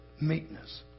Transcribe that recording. meekness